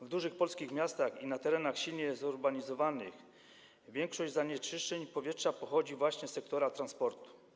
W dużych polskich miastach i na terenach silnie zurbanizowanych większość zanieczyszczeń powietrza pochodzi właśnie z sektora transportu.